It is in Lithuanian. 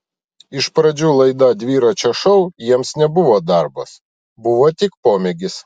iš pradžių laida dviračio šou jiems nebuvo darbas buvo tik pomėgis